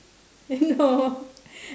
no